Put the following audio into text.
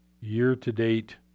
year-to-date